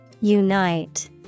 Unite